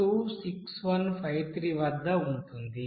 426153 వద్ద ఉంటుంది